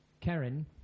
Karen